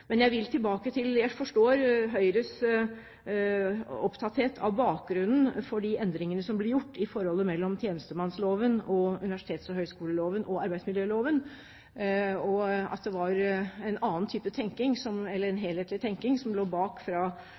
Men jeg forstår at Høyre er opptatt av bakgrunnen for de endringene som ble gjort i forholdet mellom tjenestemannsloven og universitets- og høyskoleloven og arbeidsmiljøloven. En helhetlig tenkning lå bak fra tidligere statsråd Clemets side, og